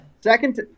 Second